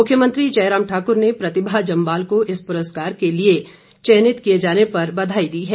मुख्यमंत्री जयराम ठाकुर ने प्रतिभा जम्वाल को इस प्रस्कार के लिए चयनित किए जाने पर बधाई दी है